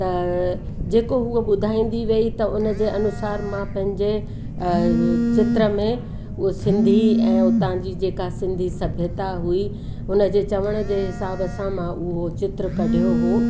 त जेको हूअं ॿुधाईंदी वेई त हुनजे अनुसार मां पंहिंजे चित्र में उहा सिंधी ऐं उतां जी जेका सिंधी सभ्यता हुई हुनजे चवण जे हिसाब सां मां उहो चित्र कढियो हुओ